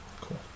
Cool